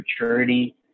maturity